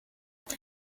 niyo